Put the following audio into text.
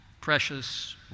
precious